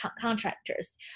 contractors